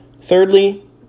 Thirdly